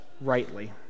rightly